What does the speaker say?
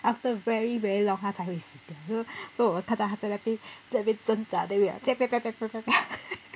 after very very long 它才会死 so so 我看到它还在那边争执 then we like piak piak piak piak piak